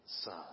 son